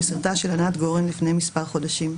בסרטה של ענת גורן לפני מספר חודשים.